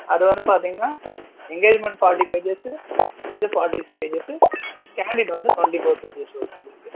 அது வந்து பார்த்தீங்கனா என்கேஜ்மெண்ட் ஃபார்டி பேஜஸ்ஸு இது ஃபார்டி பேஜஸ்ஸு கேன்டிட் வந்து ட்வெண்ட்டி ஃபோர் பேஜஸ் வரும் உங்களுக்கு